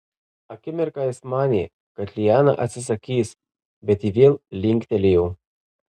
akimirką jis manė kad liana atsisakys bet ji vėl linktelėjo